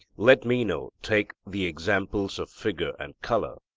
let meno take the examples of figure and colour,